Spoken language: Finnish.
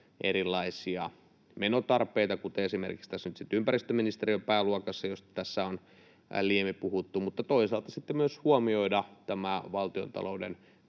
erilaisia menotarpeita, kuten esimerkiksi nyt sitten tässä ympäristöministeriön pääluokassa, josta tässä on liiemmin puhuttu, mutta toisaalta sitten myös huomioida tämä valtiontalouden